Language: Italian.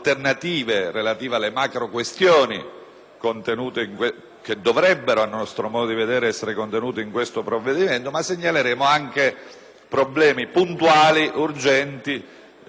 che dovrebbero, a nostro modo di vedere, essere contenute in questi provvedimenti, ma segnaleremo anche problemi puntuali, urgenti e non rinviabili. Lo abbiamo già fatto in Commissione